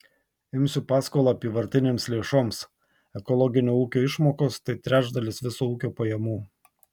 imsiu paskolą apyvartinėms lėšoms ekologinio ūkio išmokos tai trečdalis viso ūkio pajamų